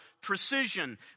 precision